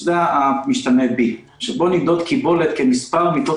שזה משתנה B. נמדוד קיבולת כמספר מיטות